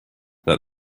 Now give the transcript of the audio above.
that